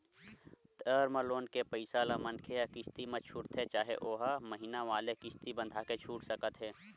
term loan के पइसा ल मनखे ह किस्ती म छूटथे चाहे ओहा महिना वाले किस्ती बंधाके छूट सकत हे